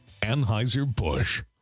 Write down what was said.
Anheuser-Busch